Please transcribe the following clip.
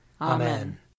Amen